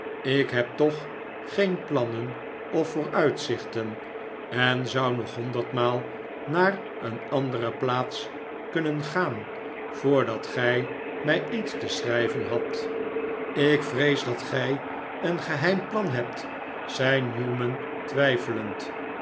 ik heb toch geen plannen of vooruitzichten en zou nog honderdmaal naar een andere plaats kunnen gaan voordat gij mij iets te schrijven hadt ik vrees dat gij een geheim plan hebt zei newman twijfelend